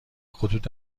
خطوط